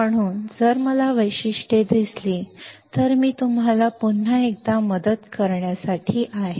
म्हणून जर मला वैशिष्ट्ये दिसली तर ती तुम्हाला पुन्हा एकदा मदत करण्यासाठी आहे